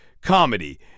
comedy